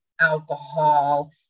alcohol